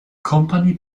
company